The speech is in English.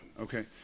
Okay